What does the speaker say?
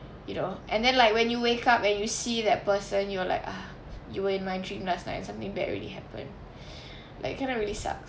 you know and then like when you wake up and you see that person you are like ah you were my dream last night and something bad really happened like kind of really suck